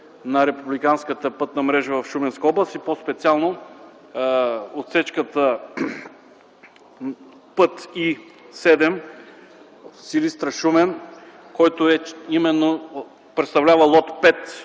на републиканската пътна мрежа в Шуменска област и по-специално отсечката път І-7 Силистра-Шумен, който именно представлява лот 5